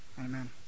Amen